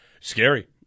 Scary